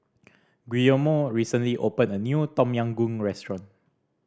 Guillermo recently opened a new Tom Yam Goong restaurant